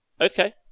okay